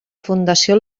fundació